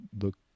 look